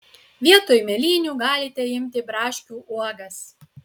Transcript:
vietoj mėlynių galite imti braškių uogas